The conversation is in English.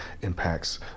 impacts